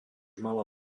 mala